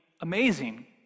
amazing